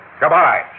Goodbye